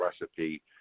recipe